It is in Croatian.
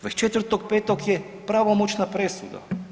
24.5. je pravomoćna presuda.